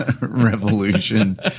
revolution